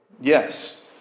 yes